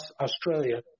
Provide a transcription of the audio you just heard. Australia